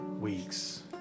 weeks